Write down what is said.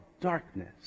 darkness